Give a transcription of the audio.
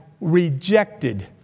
rejected